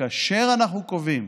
וכאשר אנחנו קובעים